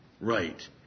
Right